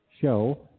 show